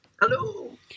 Hello